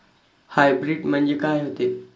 Hybrid म्हनजे का होते?